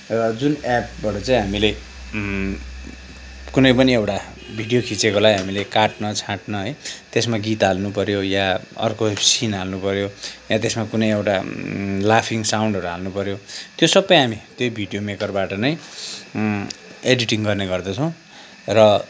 र जुन एपबाट चाहिँ हामीले कुनै पनि एउटा भिडियो खिँचेकोलाई हामीले काट्न छाट्न है त्यसमा गीत हाल्नु पऱ्यो या अर्को सिन हाल्नु पऱ्यो या त्यसमा कुनै लाफिङ साउन्डहरू हाल्नु पऱ्यो त्यो सबै हामी त्यो भिडियो मेकरबाट नै एडिटिङ गर्ने गर्दछौँ र